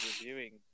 reviewing